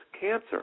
cancer